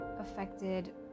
affected